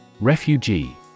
Refugee